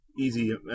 easy